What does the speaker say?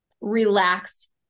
relaxed